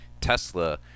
Tesla